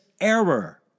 error